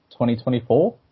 2024